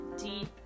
deep